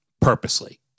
purposely